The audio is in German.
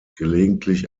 gelegentlich